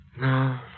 No